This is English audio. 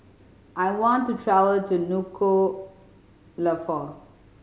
I want to travel to Nuku'alofa